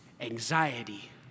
anxiety